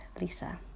Lisa